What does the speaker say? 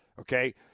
okay